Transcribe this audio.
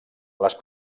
les